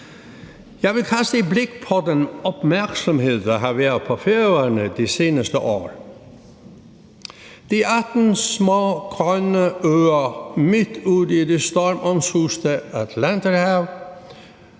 Jeg vil kaste et blik på den opmærksomhed, der har været på Færøerne det seneste år. Det er 18 små grønne øer midt ude i det stormomsuste Atlanterhav,